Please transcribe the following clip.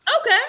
Okay